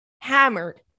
hammered